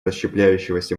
расщепляющегося